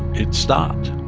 it stopped